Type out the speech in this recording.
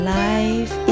life